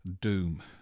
doom